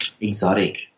Exotic